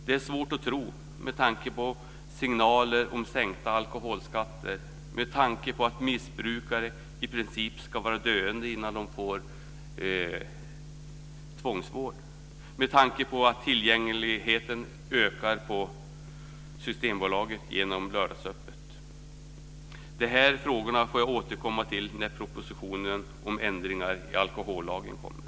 Det är svårt att tro med tanke på signaler om sänkta alkoholskatter, att missbrukare i princip ska vara döende innan de tas in för tvångsvård, att tillgängligheten ökar på Systembolaget med hjälp av lördagsöppet. Dessa frågor får jag återkomma till när propositionen om ändringar i alkohollagen kommer.